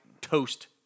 toast